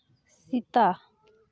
Sita